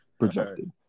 projected